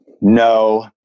No